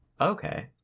Okay